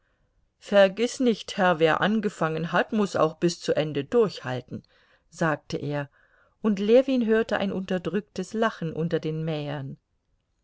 vergiß nicht herr wer angefangen hat muß auch bis zu ende durchhalten sagte er und ljewin hörte ein unterdrücktes lachen unter den mähern